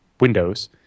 Windows